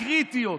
הקריטיות,